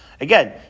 Again